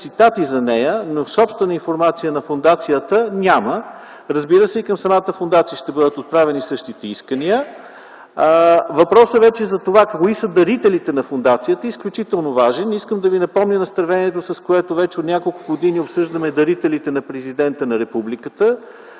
цитати за нея, но собствена информация на фондацията няма. Разбира се, и към самата фондация ще бъдат отправени същите искания. Въпросът за това кои са дарителите на фондацията е изключително важен. Искам да Ви напомня настървението, с което вече от няколко години обсъждаме дарителите на Президента на Републиката.